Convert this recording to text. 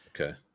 okay